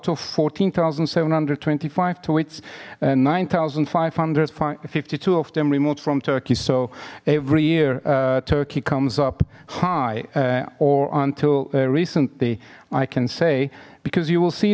of fourteen thousand seven hundred and twenty five to its nine thousand five hundred fifty two of them removed from turkey so every year turkey comes up high or until recently i can say because you will see